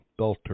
Belter